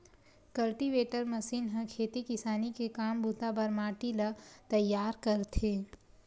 cultivator machine ह खेती किसानी के काम बूता बर माटी ल तइयार करथे